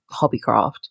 hobbycraft